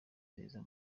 nziza